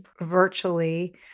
virtually